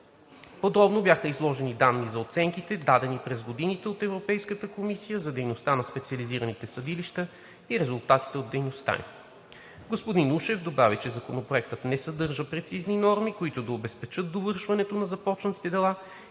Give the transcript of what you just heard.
Подробно бяха изложени данни за оценките, дадени през годините, от Европейската комисия за дейността на специализираните съдилища и резултатите от дейността им. Господин Ушев добави, че Законопроектът не съдържа прецизни норми, които да обезпечат довършването на започнатите дела,